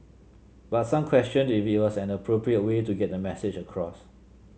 but some questioned if it was an appropriate way to get the message across